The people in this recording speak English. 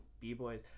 B-boys